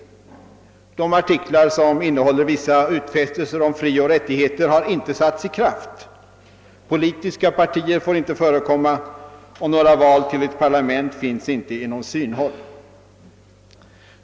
De artiklar som innehåller utfästelser om mänskliga frioch rättigheter har inte satts i kraft, politiska partier får inte förekomma och några val till parlament finns inte inom synhåll.